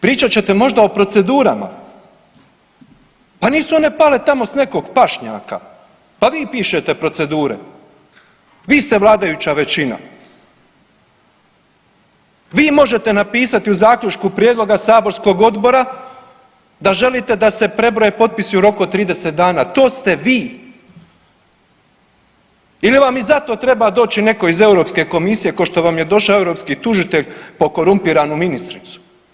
Pričat ćete možda o procedurama, pa nisu one pale tamo s nekog pašnjaka, pa vi pišete procedure, vi ste vladajuća većina, vi možete napisati u zaključku prijedloga saborskog odbora da želite da se prebroje potpisi u roku od 30 dana, to ste vi ili vam i za to treba doći netko iz Europske komisije košto vam je došao europski tužitelj po korumpiranu ministricu.